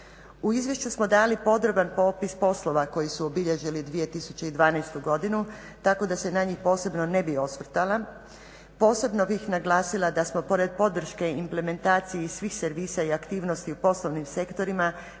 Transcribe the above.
U izvješću smo dali podroban popis poslova koji su obilježili 2012.godinu tako da se na njih ne bi osvrtala. Posebno bih naglasila da smo pored podrške implementaciji svih servisa i aktivnosti u poslovnim sektorima